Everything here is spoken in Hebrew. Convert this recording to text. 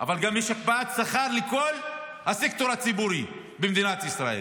אבל יש גם הקפאת שכר לכל הסקטור הציבורי במדינת ישראל.